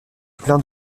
plan